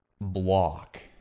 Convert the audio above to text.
block